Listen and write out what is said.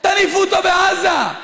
תניפו אותו בעזה.